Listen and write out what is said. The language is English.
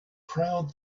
proud